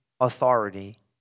authority